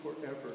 forever